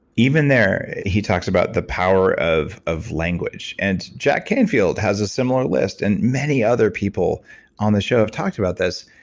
even there he talks about the power of of language. and jack canfield has a similar list and many other people on the show have talked about this.